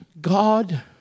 God